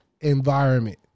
environment